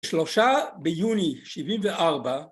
שלושה ביוני שבעים וארבע.